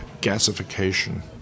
gasification